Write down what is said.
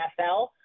NFL